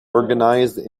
organized